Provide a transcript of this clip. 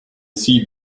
see